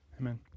Amen